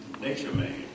nature-made